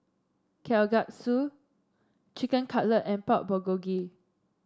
Kalguksu Chicken Cutlet and Pork Bulgogi